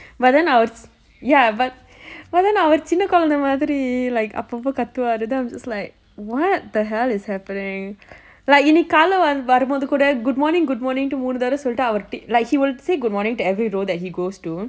but then I was ya but but then அவர் சின்ன கொழந்தை மாதிரி அப்பப்ப கத்துவாரு:avar chinna kozhantha maathiri appappa katthuvaaru then I'm just like what the hell is happening like இன்னைக்கு காலைல வரும்போது கூட:innaikku kaalaile varumbothu kooda good morning good morning ன்னு மூணு தடவ சொல்லிட்டு அவர்:nnu moonu thadave sollittu avar like he will say good morning to every row he goes to